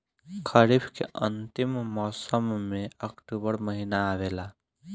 खरीफ़ के अंतिम मौसम में अक्टूबर महीना आवेला?